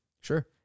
Sure